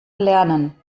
lernen